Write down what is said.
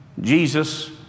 Jesus